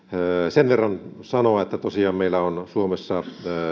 sen verran sanoa että tosiaan meillä on suomessa